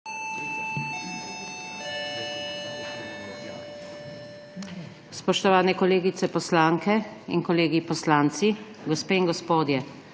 Spoštovane kolegice poslanke in kolegi poslanci, gospe in gospodje,